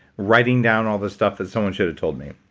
writing down all this stuff that someone should have told me.